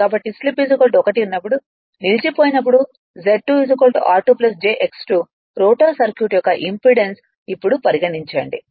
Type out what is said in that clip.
కాబట్టి స్లిప్ 1 ఉన్నప్పుడు నిలిచిపోయినప్పుడు Z2 r2 jX2 rotor circuit యొక్క ఇంపెడెన్స్ను ఇప్పుడు పరిగణించండి